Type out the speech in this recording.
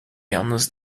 yalnız